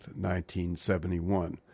1971